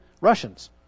Russians